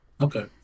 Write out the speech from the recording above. Okay